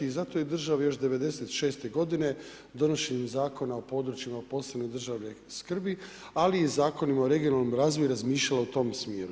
I zato je država još '96. godine, donošenjem Zakona o područjima od posebne državne skrbi ali i Zakonima o regionalnom razvoju razmišljala u tom smjeru.